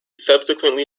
subsequently